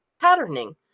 Patterning